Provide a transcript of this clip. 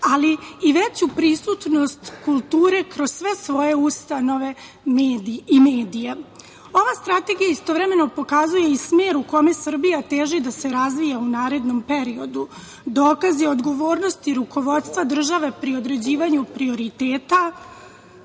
ali i veću prisutnost kulture kroz sve svoje ustanove i medije. Ova strategija istovremeno pokazuje i smer u kome Srbija teži da se razvija u narednom periodu, dokazi odgovornosti i rukovodstva države pri određivanju prioriteta,